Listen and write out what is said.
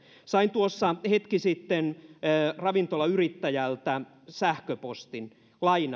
sain tuossa hetki sitten ravintolayrittäjältä sähköpostin